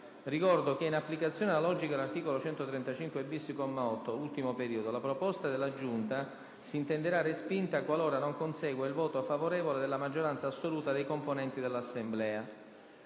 Ricordo che in applicazione analogica dell'articolo 135-*bis*, comma 8, ultimo periodo, la proposta della Giunta si intenderà respinta qualora non consegua il voto favorevole della maggioranza assoluta dei componenti dell'Assemblea.